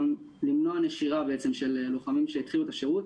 גם סייעה למנוע נשירה של לוחמים שהתחילו את השירות.